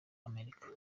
abanyamerika